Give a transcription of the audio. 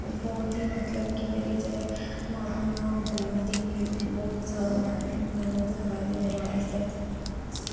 बहुत ही मतलब कि मेरे जेह्ड़े मां प्यो न ओह् बहुत ही बहुत जादा मैह्नत मैह्नत करा दे न मेरे वास्तै